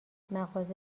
مغازه